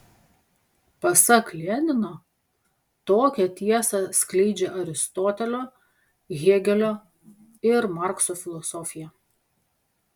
pasak lenino tokią tiesą skleidžia aristotelio hėgelio ir markso filosofija